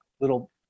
little